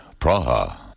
Praha